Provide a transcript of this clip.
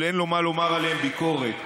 ואין לו מה לומר עליהם ביקורת,